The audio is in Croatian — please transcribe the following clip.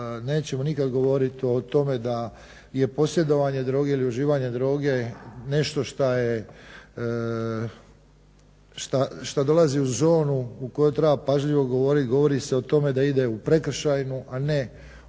nećemo nikad govoriti o tome da je posjedovanje droge ili uživanje droge nešto šta dolazi u zonu u kojoj treba pažljivo govoriti. Govori se o tome da ide u prekršajnu, a ne u kazneno